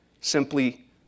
simply